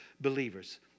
believers